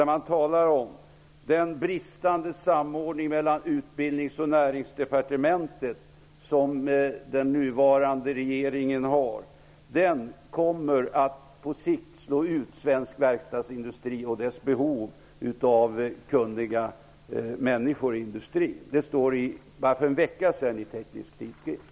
Man talar om den nuvarande regeringens bristande samordning mellan Näringsdepartementet. Den kommer att på sikt slå ut svensk verkstadsindustri och dess behov av kunniga människor i industrin. Detta skrevs så sent som för en vecka sedan i Teknisk tidskrift.